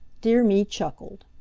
dear me chuckled.